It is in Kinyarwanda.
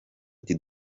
ati